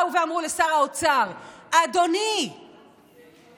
הם באו ואמרו לשר האוצר: אדוני, תעצרו.